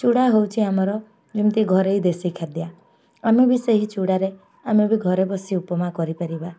ଚୁଡ଼ା ହେଉଛି ଆମର ଯେମିତି ଘରୋଇ ଦେଶୀ ଖାଦ୍ୟ ଆମେ ବି ସେହି ଚୁଡ଼ାରେ ଆମେ ବି ଘରେ ବସି ଉପମା କରିପାରିବା